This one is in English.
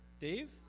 Dave